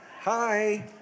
Hi